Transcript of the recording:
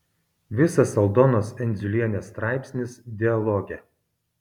visas aldonos endziulienės straipsnis dialoge